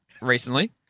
recently